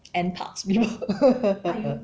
N Parks people